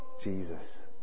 Jesus